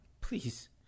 Please